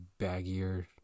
baggier